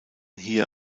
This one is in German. hier